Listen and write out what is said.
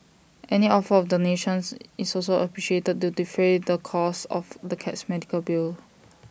any offer of donations is also appreciated to defray the costs of the cat's medical bill